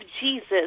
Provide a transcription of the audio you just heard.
Jesus